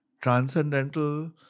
transcendental